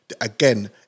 Again